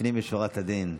לפנים משורת הדין.